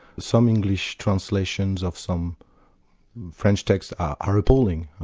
some english translations of some french texts are appalling, and